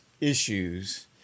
issues